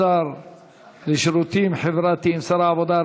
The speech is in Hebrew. שר העבודה,